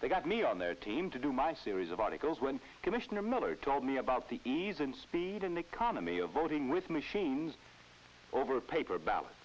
they got me on their team to do my series of articles when commissioner miller told me about the ease and speed in the economy of voting with machines over paper ballot